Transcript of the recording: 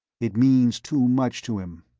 it means too much to him.